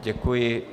Děkuji.